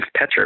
Petcher